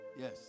Yes